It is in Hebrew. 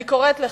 אני קוראת לך,